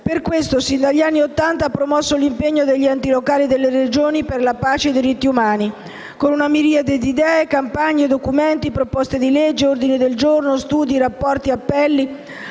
Per questo, sin dagli anni Ottanta egli ha promosso l'impegno degli enti locali e delle Regioni per la pace e i diritti umani con una miriade di idee, campagne, documenti, proposte di legge, ordini del giorno, studi, rapporti e appelli,